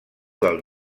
del